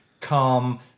calm